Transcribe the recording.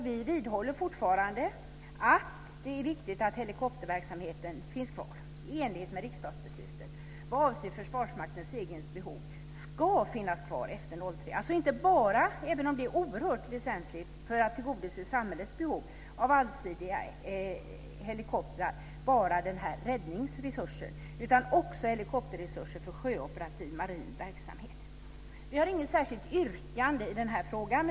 Vi vidhåller fortfarande att det är viktigt att helikopterverksamheten i enlighet med riksdagsbeslutet, vad avser Försvarsmaktens eget behov, ska finnas kvar efter år 2003 - alltså inte bara, även om det är oerhört väsentligt för att tillgodose samhällets behov av allsidiga helikoptrar, räddningsresurser utan också helikopterresurser för sjöoperativ marin verksamhet. Vi har inget särskilt yrkande i frågan.